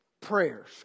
prayers